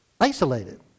Isolated